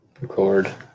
record